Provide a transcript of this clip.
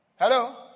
Hello